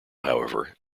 however